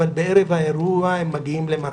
אבל בערב האירוע הם מגיעים למח"ש,